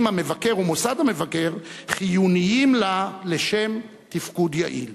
המבקר ומוסד המבקר חיונית לה לשם תפקוד יעיל.